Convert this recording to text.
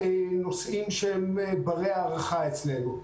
הנושאים שהם ברי הערכה אצלנו.